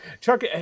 Chuck